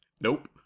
Nope